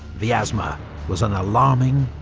vyazma was an alarming,